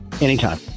Anytime